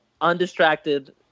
undistracted